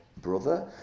brother